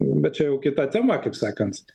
bet čia jau kita tema kaip sakant